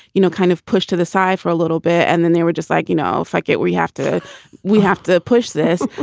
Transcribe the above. you know, kind of pushed to the side for a little bit. and then they were just like, you know, if i get we have to we have to push this.